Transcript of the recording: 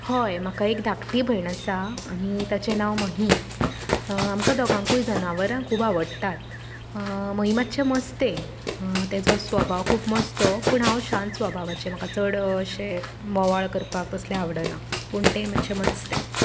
हय म्हाका एक धाकटी भयण आसा आनी ताचें नांव मही आमकां दोगांकूय जनावरां खूब आवडटात मही मात्शें मस्तें तेचो स्वभाव खूब मस्तो पूण हांव शांत स्वभावाचें म्हाका चड अशें बोवाळ करपाक आवडना पूण तें मात्शें मस्तें